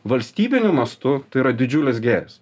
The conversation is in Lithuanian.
valstybiniu mastu tai yra didžiulis gėris